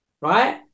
right